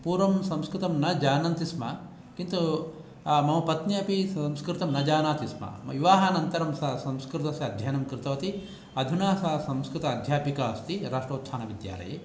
पूर्वं संस्कृतम् न जानन्ति स्म किन्तु मम पत्नी अपि संस्कृतं न जानाति स्म विवाहानन्तरं सा संस्कृतस्य अध्ययनं कृतवती अधुना सा संस्कृत अध्यापिका अस्ति राष्ट्रोत्थानविद्यालये